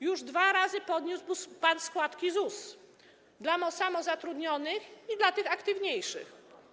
Już dwa razy podniósł pan składki ZUS - dla samozatrudnionych i dla tych aktywniejszych.